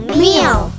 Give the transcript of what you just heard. meal